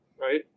right